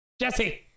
Jesse